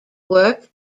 work